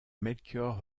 melchior